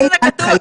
אלה ההנחיות.